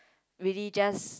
really just